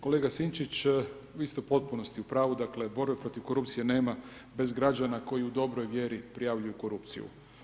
Kolega Sinčić, vi ste u potpunosti u pravu, dakle borbe protiv korupcije nema bez građana koji u dobroj vjeri prijavljuju korupciju.